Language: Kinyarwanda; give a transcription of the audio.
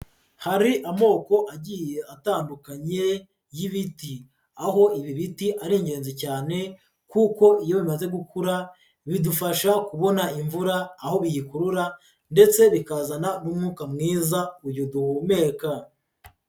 Hari amoko agiye atandukanye y'ibiti, aho ibi biti ari ingenzi cyane kuko iyo bimaze gukura bidufasha kubona imvura aho biyikurura ndetse bikazana n'umwuka mwiza uyu duhumeka.